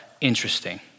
interesting